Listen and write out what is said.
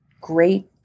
great